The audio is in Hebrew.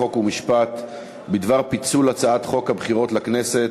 חוק ומשפט בדבר פיצול הצעת חוק הבחירות לכנסת